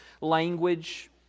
language